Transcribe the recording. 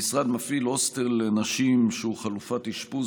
המשרד מפעיל הוסטל לנשים שהוא חלופת אשפוז